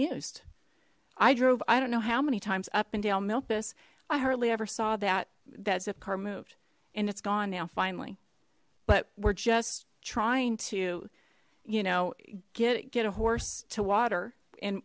used i drove i don't know how many times up and down memphis i hardly ever saw that that's a car moved and it's gone now finally but we're just trying to you know get get a horse to water and